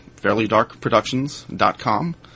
fairlydarkproductions.com